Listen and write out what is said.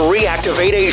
Reactivate